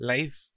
Life